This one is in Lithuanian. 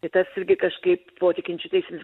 tai tas irgi kažkaip buvo tikinčių teisinis